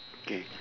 K